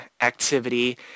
activity